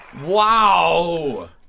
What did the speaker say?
Wow